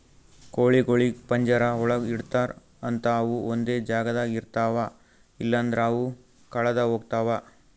ಕೋಳಿಗೊಳಿಗ್ ಪಂಜರ ಒಳಗ್ ಇಡ್ತಾರ್ ಅಂತ ಅವು ಒಂದೆ ಜಾಗದಾಗ ಇರ್ತಾವ ಇಲ್ಲಂದ್ರ ಅವು ಕಳದೆ ಹೋಗ್ತಾವ